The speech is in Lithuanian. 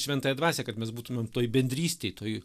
šventąją dvasią kad mes būtumėm toj bendrystėj toj